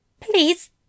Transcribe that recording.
Please